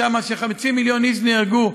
ושם חצי מיליון איש נהרגו,